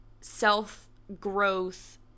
self-growth